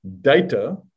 data